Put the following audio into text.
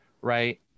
right